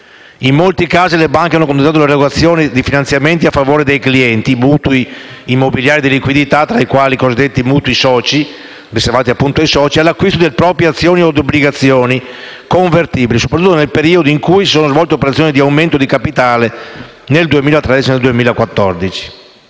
In molti casi le banche hanno condizionato l'erogazione di finanziamenti a favore dei clienti - mutui immobiliari e di liquidità, tra i quali i cosiddetti mutui soci, riservati appunto ai soci - all'acquisto di proprie azioni od obbligazioni convertibili, soprattutto nel periodo in cui si sono svolte le operazioni di aumento di capitale negli anni 2013 e 2014.